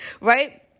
right